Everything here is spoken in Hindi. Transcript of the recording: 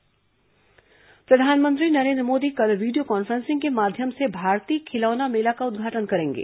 राष्ट्रीय खिलौना मेला प्रधानमंत्री नरेन्द्र मोदी कल वीडियो कॉन्फ्रेंसिंग के माध्यम से भारतीय खिलौना मेला का उदघाटन करेंगे